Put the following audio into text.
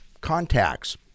contacts